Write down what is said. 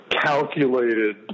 calculated